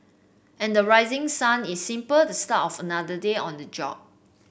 and the rising sun is simple the start of another day on the job